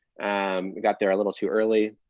and we got there a little too early.